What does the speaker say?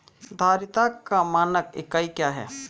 धारिता का मानक इकाई क्या है?